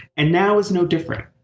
and now is no different.